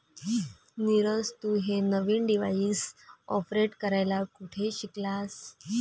नीरज, तू हे नवीन डिव्हाइस ऑपरेट करायला कुठे शिकलास?